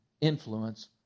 influence